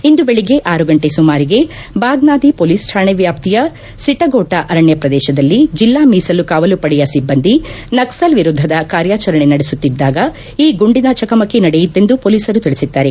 ಇಂದು ಬೆಳಿಗ್ಗೆ ಆರು ಗಂಟೆ ಸುಮಾರಿಗೆ ಬಾಗ್ನಾದಿ ಮೊಲೀಸ್ ತಾಣೆ ವ್ಯಾಪ್ತಿಯ ಸಿಟಗೋಟ ಅರಣ್ಯ ಪ್ರದೇಶದಲ್ಲಿ ಜಿಲ್ಲಾ ಮೀಸಲು ಕಾವಲುಪಡೆಯ ಸಿಬ್ಲಂದಿ ನಕಲ್ ವಿರುದ್ಧದ ಕಾರ್ಯಾಚರಣೆ ನಡೆಸುತ್ತಿದಾಗ ಈ ಗುಂಡಿನ ಚಕಮಕಿ ನಡೆಯಿತೆಂದು ಪೊಲೀಸರು ತಿಳಿಸಿದ್ದಾರೆ